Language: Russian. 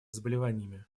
заболеваниями